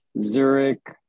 Zurich